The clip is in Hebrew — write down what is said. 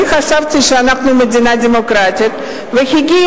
אני חשבתי שאנחנו מדינה דמוקרטית והגיע